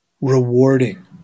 rewarding